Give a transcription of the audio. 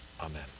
Amen